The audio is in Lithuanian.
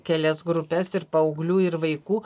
kelias grupes ir paauglių ir vaikų